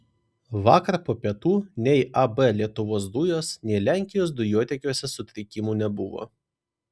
vakar po pietų nei ab lietuvos dujos nei lenkijos dujotiekiuose sutrikimų nebuvo